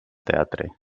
teatre